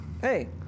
Hey